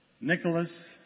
Nicholas